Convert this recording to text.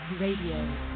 RADIO